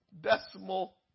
decimal